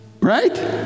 Right